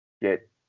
get